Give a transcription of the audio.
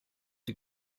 die